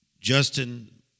Justin